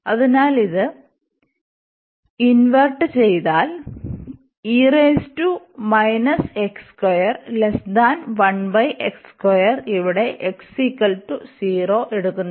അതിനാൽ ഇത് ഇൻവെർട്ട് ചെയ്താൽ ഇവിടെ x 0 എടുക്കുന്നില്ല